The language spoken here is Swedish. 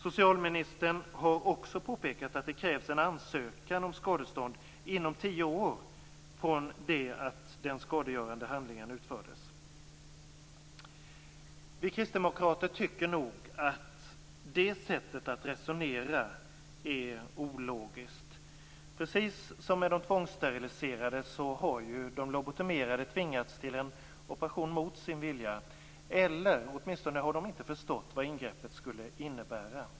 Socialministern har också påpekat att det krävs en ansökan om skadestånd inom tio år från det att den skadegörande handlingen utfördes. Vi kristdemokrater tycker nog att det sättet att resonera är ologiskt. Precis som med de tvångssteriliserade har ju de lobotomerade tvingats till en operation mot sin vilja. De har åtminstone inte förstått vad ingreppet skulle innebära.